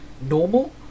normal